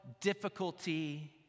difficulty